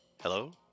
Hello